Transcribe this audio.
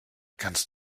kannst